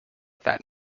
that